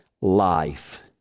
life